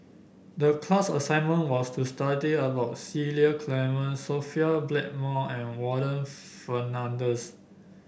the class assignment was to study about Cecil Clementi Sophia Blackmore and Warren Fernandez